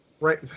Right